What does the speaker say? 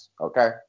okay